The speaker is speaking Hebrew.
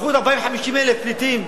הפכו אותם 40,000 50,000 פליטים.